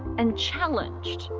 and challenged.